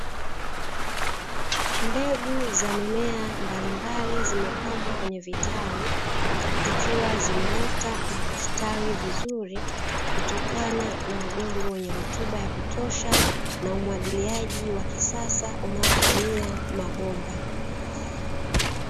Mbegu za mimea mbalimbali zimepandwa kwenye vitalu, zikiwa zimeota na kustawi vizuri kutokana na udongo wenye rutuba ya kutosha na umwagiliaji wa kisasa unaotumia mabomba.